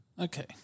Okay